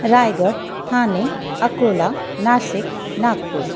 Raigad Thane Akola Nashik Nagpur